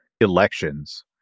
elections